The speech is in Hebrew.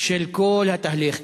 של כל התהליך,